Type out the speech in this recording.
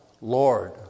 Lord